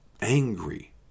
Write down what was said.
angry